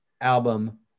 album